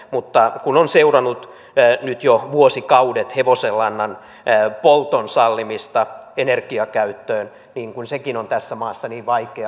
mutta kun on seurannut nyt jo vuosikaudet hevosenlannan polton sallimista energiakäyttöön niin sekin on tässä maassa niin vaikeaa